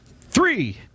Three